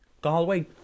Galway